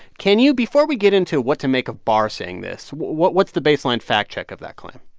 can you before we get into what to make of barr saying this, what what's the baseline fact check of that claim?